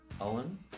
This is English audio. Owen